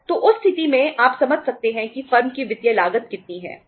तो उस स्थिति में आप समझ सकते हैं कि फर्म की वित्तीय लागत कितनी है